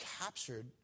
captured